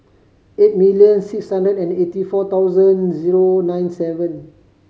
eight million six hundred and eighty four thousand zero nine seven